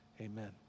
Amen